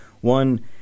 One